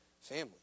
family